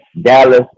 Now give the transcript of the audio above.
Dallas